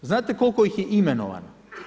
Znate koliko ih je imenovano?